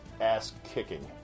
ass-kicking